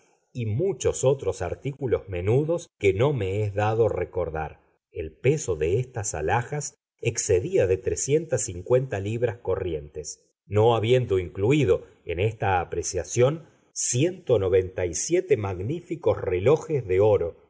y muchos otros artículos menudos que no me es dado recordar el peso de estas alhajas excedía de trescientas cincuenta libras corrientes no habiendo incluído en esta apreciación ciento noventa y siete magníficos relojes de oro